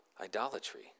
idolatry